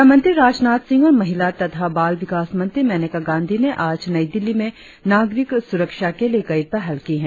गृह मंत्री राजनाथ सिंह और महिला तथा बाल विकास मंत्री मेनका गांधी ने आज नई दिल्ली में नागरिक सुरक्षा के लिए कई पहल की हैं